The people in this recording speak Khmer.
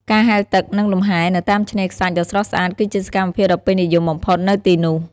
ការហែលទឹក និងលំហែ នៅតាមឆ្នេរខ្សាច់ដ៏ស្រស់ស្អាតគឺជាសកម្មភាពដ៏ពេញនិយមបំផុតនៅទីនោះ។